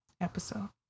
episode